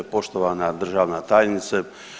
Poštovana državna tajnice.